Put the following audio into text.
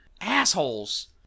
assholes